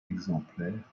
exemplaire